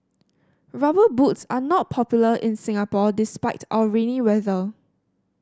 Rubber Boots are not popular in Singapore despite our rainy weather